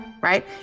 right